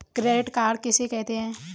Credit card किसे कहते हैं?